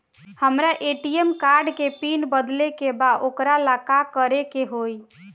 हमरा ATM card के PIN बदले के बा वोकरा ला का करे के होई?